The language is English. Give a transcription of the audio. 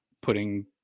putting